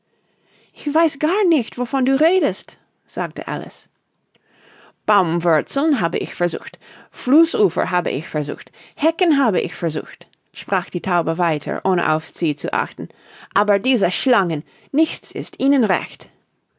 ich weiß gar nicht wovon du redest sagte alice baumwurzeln habe ich versucht flußufer habe ich versucht hecken habe ich versucht sprach die taube weiter ohne auf sie zu achten aber diese schlangen nichts ist ihnen recht